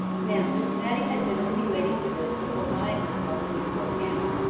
now miss matty had been only waiting for this before buying herself a new silk gown.